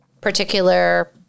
particular